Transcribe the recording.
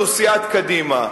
זו סיעת קדימה.